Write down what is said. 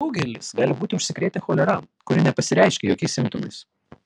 daugelis gali būti užsikrėtę cholera kuri nepasireiškia jokiais simptomais